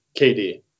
KD